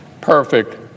perfect